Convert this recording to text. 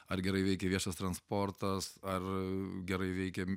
ar gerai veikia viešas transportas ar gerai veikia